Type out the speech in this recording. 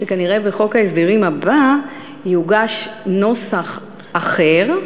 שכנראה בחוק ההסדרים הבא יוגש נוסח אחר,